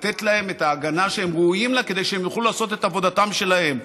לתת להם את ההגנה שהם ראויים לה כדי שהם יוכלו לעשות את עבודתם שלהם.